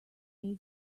new